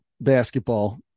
basketball